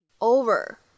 over